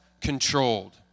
controlled